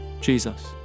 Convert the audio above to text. Jesus